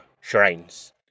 shrines